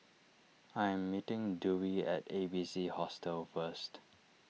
I am meeting Dewey at A B C Hostel first